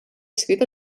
escrit